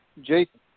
Jason